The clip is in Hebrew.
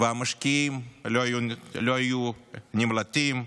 והמשקיעים לא היו נמלטים,